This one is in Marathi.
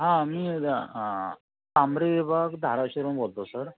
हा मी तांबरेबाग धाराशिववरून बोलतोय सर